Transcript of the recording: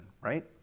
right